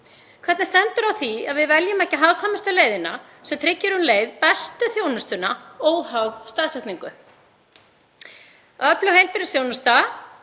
Hvernig stendur á því að við veljum ekki hagkvæmustu leiðina sem tryggir um leið bestu þjónustuna óháð staðsetningu? Öflug fjarheilbrigðisþjónusta